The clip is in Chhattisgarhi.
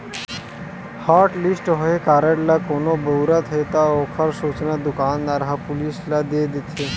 हॉटलिस्ट होए कारड ल कोनो बउरत हे त ओखर सूचना दुकानदार ह पुलिस ल दे देथे